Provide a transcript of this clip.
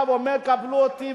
בא ואומר: קבלו אותי,